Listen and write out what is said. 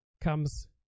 comes